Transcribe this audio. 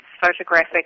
photographic